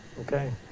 Okay